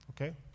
Okay